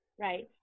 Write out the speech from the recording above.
right